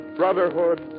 brotherhood